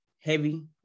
heavy